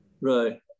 Right